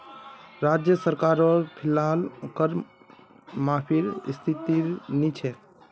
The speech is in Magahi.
राज्य सरकारो फिलहाल कर माफीर स्थितित नी छोक